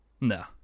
No